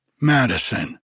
Madison